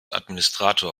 administrator